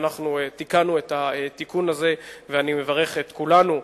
תיקנו את התיקון הזה ואני מברך את כולנו,